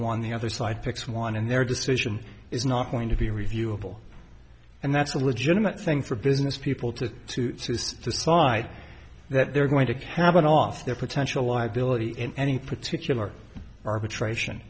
one the other side picks one and their decision is not going to be reviewable and that's a legitimate thing for business people to to decide that they're going to have an off their potential liability in any particular arbitration